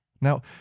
Now